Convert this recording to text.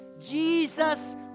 Jesus